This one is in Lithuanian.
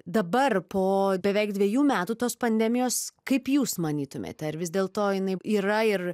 dabar po beveik dviejų metų tos pandemijos kaip jūs manytumėte ar vis dėl to jinai yra ir